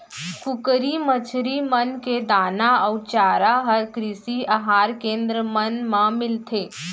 कुकरी, मछरी मन के दाना अउ चारा हर कृषि अहार केन्द्र मन मा मिलथे